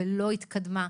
ולא התקדמה.